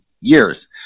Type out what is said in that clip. years